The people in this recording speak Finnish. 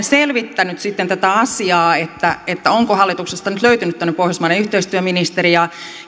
selvittänyt sitten tätä asiaa onko hallituksesta nyt löytynyt tämmöinen pohjoismainen yhteistyöministeri